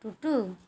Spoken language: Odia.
ଟୁଟୁ